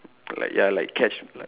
ya like ya catch